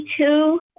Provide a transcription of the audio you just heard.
two